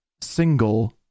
single